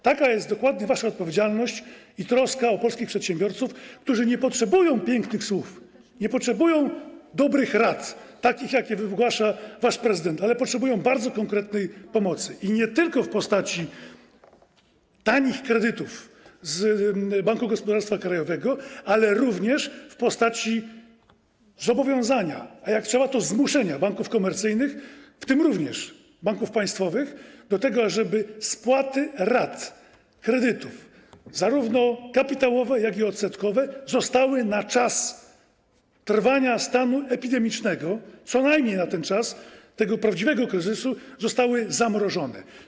Taka jest dokładnie wasza odpowiedzialność i troska o polskich przedsiębiorców, którzy nie potrzebują pięknych słów, nie potrzebują dobrych rad, takich, jakie wygłasza wasz prezydent, ale potrzebują bardzo konkretnej pomocy, i nie tylko w postaci tanich kredytów z Banku Gospodarstwa Krajowego, ale również w postaci zobowiązania, a jak trzeba, to zmuszenia, banków komercyjnych, w tym również banków państwowych, do tego, ażeby spłaty rat kredytów, rat zarówno kapitałowych, jak i odsetkowych, zostały na czas trwania stanu epidemicznego, co najmniej na ten czas, tego prawdziwego kryzysu, zamrożone.